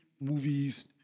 movies